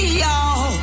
y'all